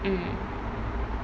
mm